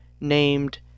named